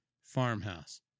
farmhouse